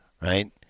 right